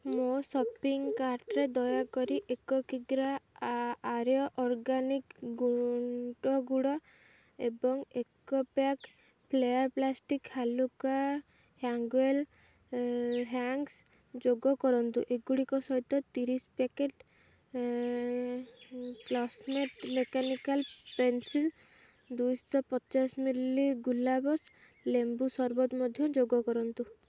ମୋ ସପିଂ କାର୍ଟ୍ରେ ଦୟାକରି ଏକ କିଗ୍ରା ଆ ଆର୍ୟ ଅର୍ଗାନିକ ଗୁଣ୍ଡ ଗୁଡ଼ ଏବଂ ଏକ ପ୍ୟାକ୍ ଫ୍ଲେୟାର୍ ପ୍ଲାଷ୍ଟିକ୍ସ୍ ହାଲୁକା ହ୍ୟାଙ୍ଗ୍ୱେଲ୍ ହ୍ୟାଙ୍ଗର୍ସ୍ ଯୋଗ କରନ୍ତୁ ଏଗୁଡ଼ିକ ସହିତ ତିରିଶ ପ୍ୟାକେଟ୍ ଏଇ କ୍ଳାସମେଟ୍ ମେକାନିକାଲ୍ ପେନ୍ସିଲ୍ ଦୁଇଶହ ପଚାଶ ମିଲି ଗୁଲାବ୍ସ ଲେମ୍ବୁ ସରବତ ମଧ୍ୟ ଯୋଗ କରନ୍ତୁ